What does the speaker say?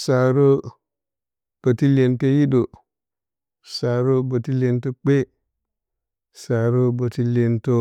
Sarə ɓə tə iyentə hiɗə sarə ɓə tə iyentə kpe sarə ɓə tə iyentə